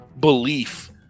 belief